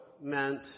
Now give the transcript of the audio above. meant